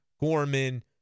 Gorman